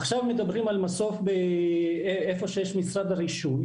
עכשיו מדברים על מסוף איפה שנמצא משרד הרישוי,